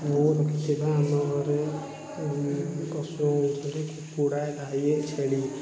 ମୁଁ ମୁଖ୍ୟତଃ ଆମ ଘରେ ପଶୁ ଅଛନ୍ତି କୁକୁଡ଼ା ଗାଈ ଛେଳି